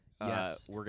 Yes